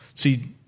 See